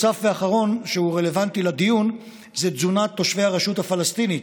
נוסף ואחרון שהוא רלוונטי לדיון זה הוא תזונת תושבי הרשות הפלסטינית.